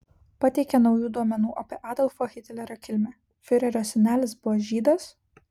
pateikė naujų duomenų apie adolfo hitlerio kilmę fiurerio senelis buvo žydas